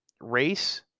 race